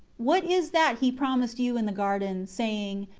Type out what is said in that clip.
what is that he promised you in the garden, saying,